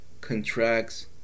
contracts